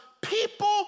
people